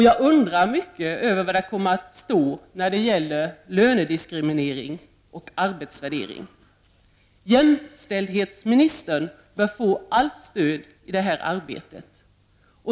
Jag undrar mycket över vad det kommer att stå i den om lönediskriminering och arbetsvärdering. Jämställdhetsministern bör få allt stöd i det här arbetet.